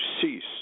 cease